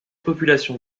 population